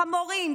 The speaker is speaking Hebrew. חמורים,